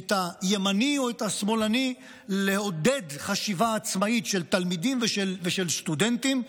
את הימני ואת השמאלני לעודד חשיבה עצמאית של תלמידים ושל סטודנטים.